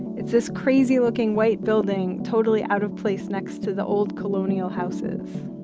it's this crazy looking white building totally out of place next to the old colonial houses.